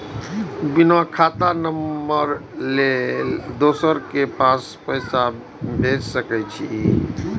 बिना खाता नंबर लेल दोसर के पास पैसा भेज सके छीए?